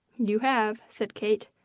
you have, said kate.